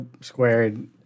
squared